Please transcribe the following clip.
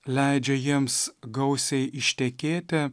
leidžia jiems gausiai ištekėti